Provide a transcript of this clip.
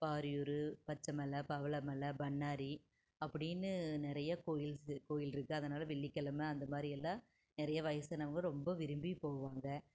பாரியூர் பச்சை மலை பவள மலை பண்ணாரி அப்படினு நிறையா கோயில்ஸ்ஸு கோயில் இருக்கு அதனால் வெள்ளிக்கிழம அந்த மாதிரியெல்லாம் நிறைய வயசானவங்க ரொம்ப விரும்பி போவாங்க